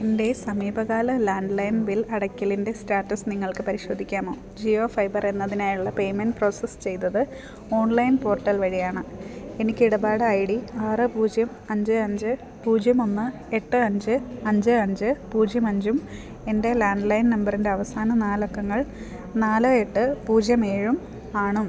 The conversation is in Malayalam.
എൻ്റെ സമീപകാല ലാൻഡ്ലൈൻ ബിൽ അടയ്ക്കലിൻ്റെ സ്റ്റാറ്റസ് നിങ്ങൾക്ക് പരിശോധിക്കാമോ ജിയോ ഫൈബർ എന്നതിനായുള്ള പേയ്മെൻ്റ് പ്രോസസ്സ് ചെയ്തത് ഓൺലൈൻ പോർട്ടൽ വഴിയാണ് എനിക്ക് ഇടപാട് ഐ ഡി ആറ് പൂജ്യം അഞ്ച് അഞ്ച് പൂജ്യം ഒന്ന് എട്ട് അഞ്ച് അഞ്ച് അഞ്ച് പൂജ്യം അഞ്ചും എൻ്റെ ലാൻഡ്ലൈൻ നമ്പറിൻ്റെ അവസാന നാലക്കങ്ങൾ നാല് എട്ട് പൂജ്യം ഏഴുമാണ്